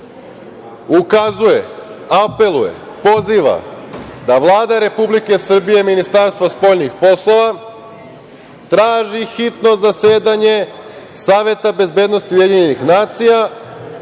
ukazuje, apeluje, poziva da Vlada Republike Srbije i Ministarstvo spoljnih poslova traži hitno zasedanje Saveta bezbednosti UN, na